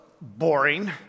boring